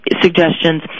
suggestions